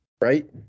Right